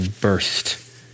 burst